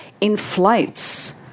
inflates